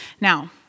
Now